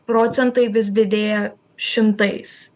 procentai vis didėja šimtais